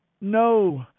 No